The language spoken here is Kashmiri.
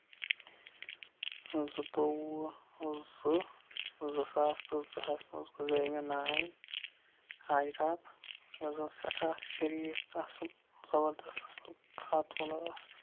زٕ تووُہ زٕ زٕ ساس تہٕ زٕ ہَس منٛز گُزرے مےٚ نانۍ ہاجرا آپہٕ یہِ حظ ٲسۍ سٮ۪ٹھاہ شَریٖف تہٕ اَصٕل زَبرداست اَصٕل خاتوٗن ٲس